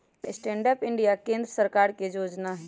stand up India केंद्र सरकार के जोजना हइ